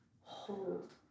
Hold